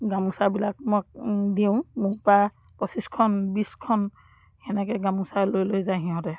গামোচাবিলাক মই দিওঁ মোৰপৰা পঁচিছখন বিছখন সেনেকৈ গামোচা লৈ লৈ যায় সিহঁতে